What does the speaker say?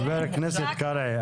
חבר הכנסת קרעי,